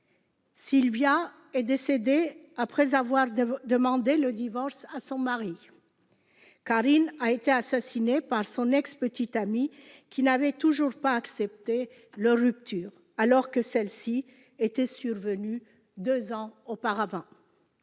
Sylvia est décédée après avoir demandé le divorce à son mari ; Carine a été assassinée par son ex-petit ami, qui n'avait toujours pas accepté leur rupture, intervenue pourtant deux ans auparavant